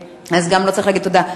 אז גם לו צריך להגיד תודה.